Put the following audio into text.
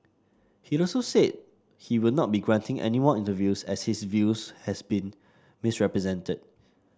he also said he will not be granting any more interviews as his views had been misrepresented